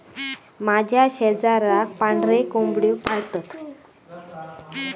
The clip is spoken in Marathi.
माझ्या शेजाराक पांढरे कोंबड्यो पाळतत